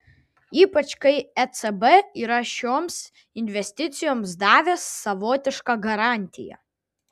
ypač kai ecb yra šioms investicijoms davęs savotišką garantiją